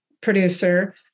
producer